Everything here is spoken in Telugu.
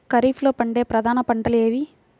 ఖరీఫ్లో పండే ప్రధాన పంటలు ఏవి?